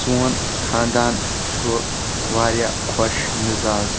سون خانٛدان چھُ واریاہ خۄش مزاج